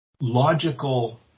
logical